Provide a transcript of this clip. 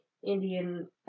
Indian